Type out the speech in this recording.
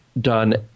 done